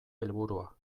helburua